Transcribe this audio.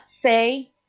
say